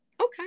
Okay